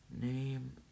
Name